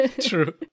True